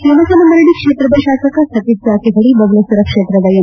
ಯಮಕನಮರಡಿ ಕ್ಷೇತ್ರದ ಶಾಸಕ ಸತೀಶ್ ಜಾರಕಿಹೊಳಿ ಬಬಲೇಶ್ವರ ಕ್ಷೇತ್ರದ ಎಂ